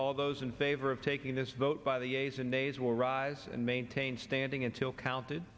all those in favor of taking this vote by the s and days will rise and maintain standing until counted